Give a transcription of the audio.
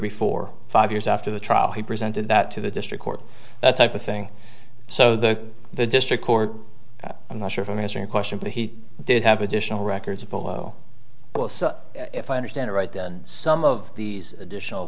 before five years after the trial he presented that to the district court that type of thing so the the district court i'm not sure from history question but he did have additional records apolo if i understand right that some of these additional